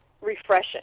refreshing